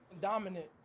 dominant